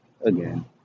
again